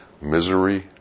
Misery